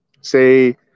say